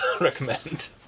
recommend